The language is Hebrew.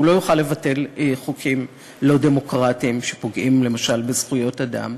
שהוא לא יוכל לבטל חוקים לא דמוקרטיים שפוגעים למשל בזכויות אדם,